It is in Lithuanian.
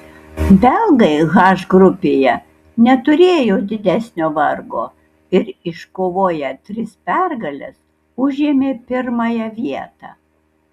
belgai h grupėje neturėjo didesnio vargo ir iškovoję tris pergales užėmė pirmąją vietą